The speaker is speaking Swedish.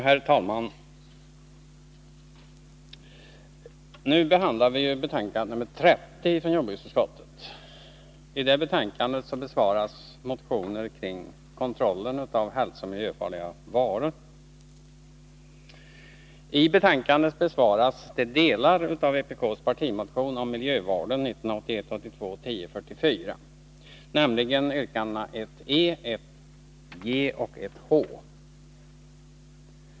Herr talman! Nu behandlar vi betänkande nr 30 från jordbruksutskottet. I det betänkandet behandlas motioner om kontrollen av hälsooch miljöfarliga varor, bl.a. de delar av vpk:s partimotion 1981/82:1044 som handlar om miljövården, nämligen yrkandena 1 e, g och h.